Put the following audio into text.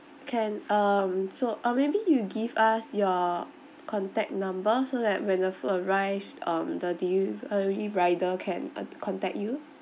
can um so uh maybe you give us your contact number so that when the food arrive um the delivery rider can uh contact you